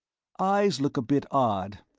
eyes look a bit odd.